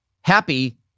happy